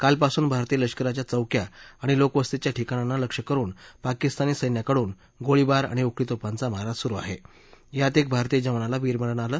कालपासून भारतीय लष्कराच्या चौक्या आणि लोकवस्तीच्या ठिकाणाना लक्ष्य करुन पाकिस्तानी सैन्याकडून गोळीबार आणि उखळी तोफांचा मारा सुरु आहा आत एका भारतीय जवानाला वीरमरण आलं